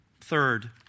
third